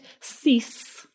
cease